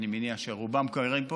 אני מניח שהרוב פה גרים,